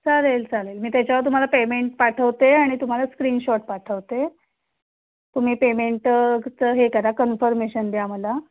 चालेल चालेल मी त्याच्यावर तुम्हाला पेमेंट पाठवते आणि तुम्हाला स्क्रीनशॉट पाठवते तुम्ही पेमेंटचं हे करा कन्फर्मेशन द्या मला